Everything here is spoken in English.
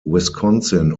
wisconsin